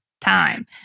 time